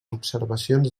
observacions